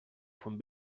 font